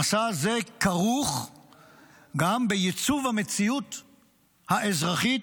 המסע הזה כרוך גם בייצוב המציאות האזרחית,